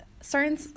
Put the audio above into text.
certain